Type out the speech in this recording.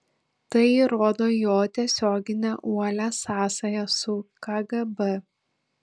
tai įrodo jo tiesioginę uolią sąsają su kgb